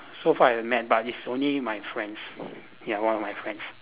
so far I met but is only my friends ya one of my friends